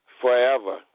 forever